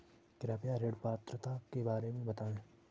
कृपया ऋण पात्रता के बारे में बताएँ?